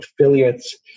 affiliates